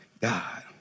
God